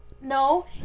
No